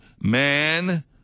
Man